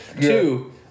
Two